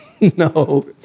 No